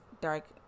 dark